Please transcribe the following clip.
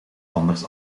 anders